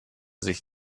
sich